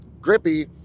grippy